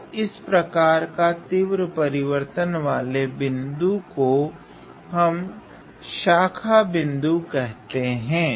तो इस तरह का तीव्र परिवर्तन वाले बिन्दु को ही हम शाखा बिन्दु कहते हैं